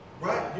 Right